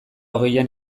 hogeian